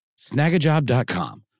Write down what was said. snagajob.com